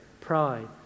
Pride